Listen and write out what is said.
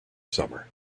summer